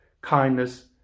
kindness